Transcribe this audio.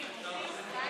התש"ף 2020,